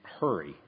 hurry